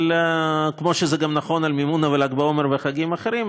אבל כמו שזה גם נכון לגבי המימונה ול"ג בעומר וחגים אחרים,